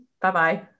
Bye-bye